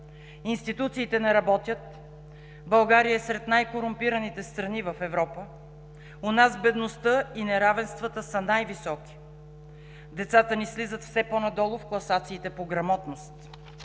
Институциите не работят, България е сред най-корумпираните страни в Европа, у нас бедността и неравенствата са най-високи. Децата ни слизат все по-надолу в класациите по грамотност.